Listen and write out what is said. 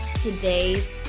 today's